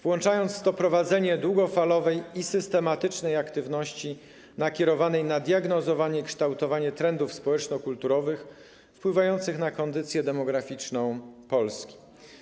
włączając w to prowadzenie długofalowej i systematycznej aktywności nakierowanej na diagnozowanie i kształtowanie trendów społeczno-kulturowych wpływających na kondycję demograficzną Polski.